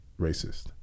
racist